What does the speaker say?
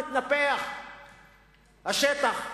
השטח מתנפח,